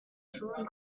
food